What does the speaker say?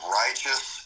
righteous